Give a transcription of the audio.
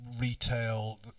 retail